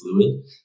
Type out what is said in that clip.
fluid